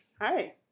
Hi